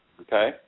Okay